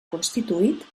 constituït